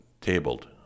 tabled